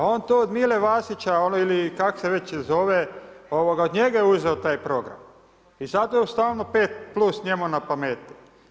Pa on to od Mile Vasića ili kako se već zove od njega je uzeo taj program i zato je on stalno 5 plus njemu napamet.